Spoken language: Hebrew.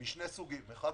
משני סוגים: אחת,